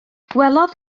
gwelodd